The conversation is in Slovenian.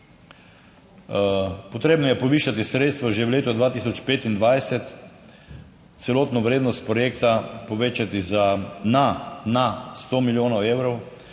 Potrebno je povišati sredstva že v letu 2025, celotno vrednost projekta povečati na na 100 milijonov evrov,